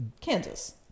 Kansas